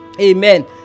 amen